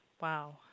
Wow